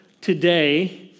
today